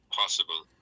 possible